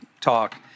talk